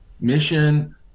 mission